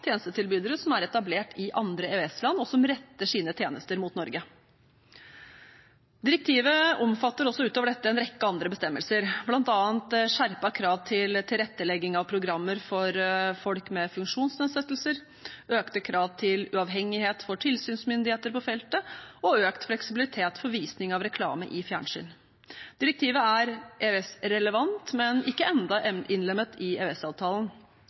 tjenestetilbydere som er etablert i andre EØS-land, og som retter sine tjenester mot Norge. Direktivet omfatter utover dette også en rekke andre bestemmelser, bl.a. skjerpede krav til tilrettelegging av programmer for folk med funksjonsnedsettelser, økte krav til uavhengighet for tilsynsmyndigheter på feltet og økt fleksibilitet for visning av reklame i fjernsyn. Direktivet er EØS-relevant, men ikke ennå innlemmet i